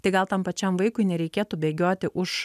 tai gal tam pačiam vaikui nereikėtų bėgioti už